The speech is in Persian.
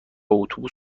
اتوبوس